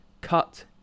cut